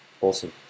awesome